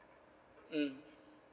mm